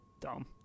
Dumb